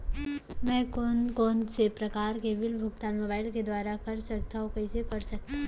मैं कोन कोन से प्रकार के बिल के भुगतान मोबाईल के दुवारा कर सकथव अऊ कइसे कर सकथव?